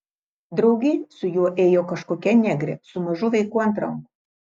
drauge su juo ėjo kažkokia negrė su mažu vaiku ant rankų